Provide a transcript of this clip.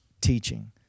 teaching